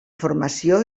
formació